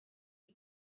chi